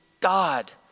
God